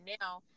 now